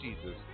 Jesus